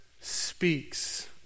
speaks